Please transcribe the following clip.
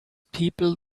people